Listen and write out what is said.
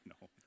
no